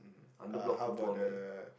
uh how about uh